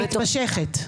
ומתמשכת.